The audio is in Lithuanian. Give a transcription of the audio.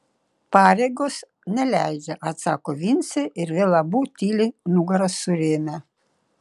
pareigos neleidžia atsako vincė ir vėl abu tyli nugaras surėmę